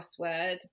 crossword